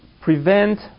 prevent